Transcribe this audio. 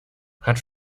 hat